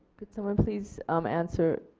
could someone please um answer,